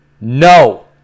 no